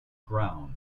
ground